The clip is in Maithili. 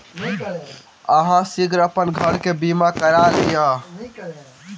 अहाँ शीघ्र अपन घर के बीमा करा लिअ